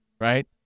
right